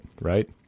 Right